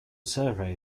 survey